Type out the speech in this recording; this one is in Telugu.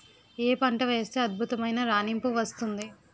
ఏ పంట వేస్తే అద్భుతమైన రాణింపు వస్తుంది?